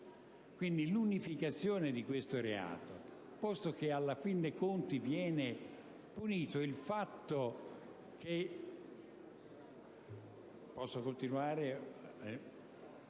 Quindi, l'unificazione di questo reato, posto che alla fine dei conti viene punito il fatto che